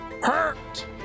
hurt